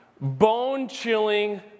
Bone-chilling